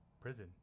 Prison